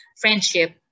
friendship